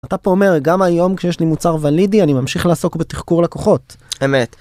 אתה פה אומר, גם היום כשיש לי מוצר ולידי, אני ממשיך לעסוק בתחקור לקוחות. אמת.